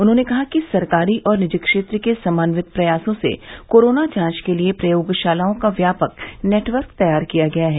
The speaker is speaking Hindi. उन्होंने कहा कि सरकारी और निजी क्षेत्र के समन्वित प्रयासों से कोरोना जांच के लिए प्रयोगशालाओं का व्यापक नेटवर्क तैयार किया गया है